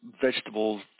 vegetables